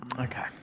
Okay